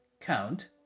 Count